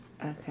Okay